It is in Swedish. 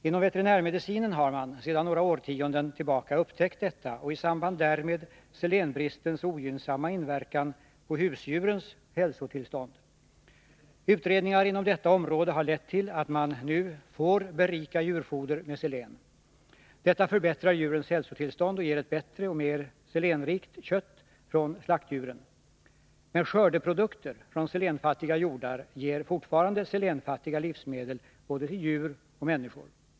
Inom veterinärmedicinen har man sedan några årtionden tillbaka upptäckt detta och i samband därmed selenbristens ogynnsamma inverkan på husdjurens hälsotillstånd. Utredningar inom detta område har lett till att man nu får berika djurfoder med selen. Detta förbättrar djurens hälsotillstånd och ger ett bättre — och mer selenrikt — kött från slaktdjuren. Men skördeprodukter från selenfattiga jordar ger fortfarande selenfattiga livsmedel, både för djur och för människor.